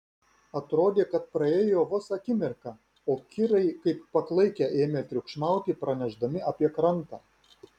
atrodė kad praėjo vos akimirka o kirai kaip paklaikę ėmė triukšmauti pranešdami apie krantą